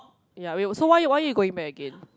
ya wait so why why you going back again